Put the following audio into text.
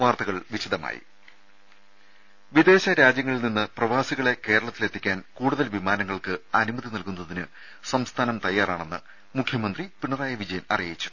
വാർത്തകൾ വിശദമായി വിദേശ രാജ്യങ്ങളിൽ നിന്ന് പ്രവാസികളെ കേരളത്തിലെത്തിക്കാൻ കൂടുതൽ വിമാനങ്ങൾക്ക് അനുമതി നൽകുന്നതിന് സംസ്ഥാനം തയാറാണെന്ന് മുഖ്യമന്ത്രി പിണറായി വിജയൻ അറിയിച്ചു